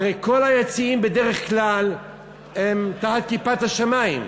הרי כל היציעים בדרך כלל הם תחת כיפת השמים.